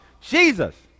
Jesus